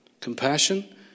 Compassion